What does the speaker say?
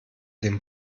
dem